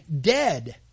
dead